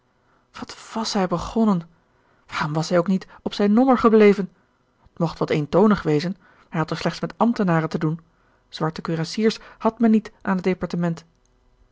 wat was hij begonnen waarom was hij ook niet op zijn nommer gebleven t mocht wat eentonig wezen hij had er slechts met ambtenaren te doen zwarte kurassiers had men niet aan het departement